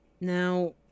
Now